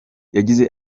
yagize